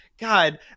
God